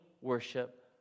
worship